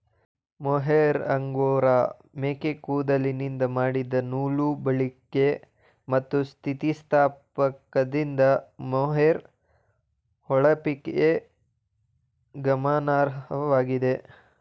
mohair angora ಮೇಕೆ ಕೂದಲಿಂದ ಮಾಡಿದ ನೂಲು ಬಾಳಿಕೆ ಮತ್ತು ಸ್ಥಿತಿಸ್ಥಾಪಕದಿಂದ ಮೊಹೇರ್ ಹೊಳಪಿಗೆ ಗಮನಾರ್ಹವಾಗಿದೆ